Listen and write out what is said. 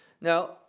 now